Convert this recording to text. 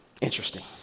Interesting